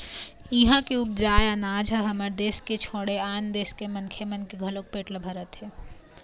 इहां के उपजाए अनाज ह हमर देस के छोड़े आन देस के मनखे मन के घलोक पेट ल भरत हे